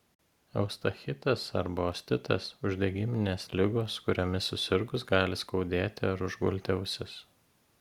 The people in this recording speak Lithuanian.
eustachitas arba ostitas uždegiminės ligos kuriomis susirgus gali skaudėti ar užgulti ausis